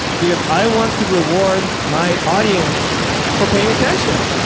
because i want to reward my audience for paying attention.